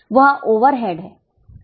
वह ओवरहेड है